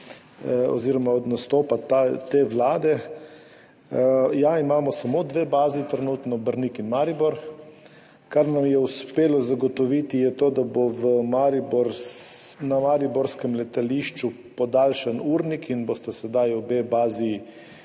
oziroma od nastopa te vlade, ja, trenutno imamo samo dve bazi, Brnik in Maribor. Kar nam je uspelo zagotoviti je to, da bo na mariborskem letališču podaljšan urnik in bosta sedaj obe bazi